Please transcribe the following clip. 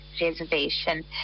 reservation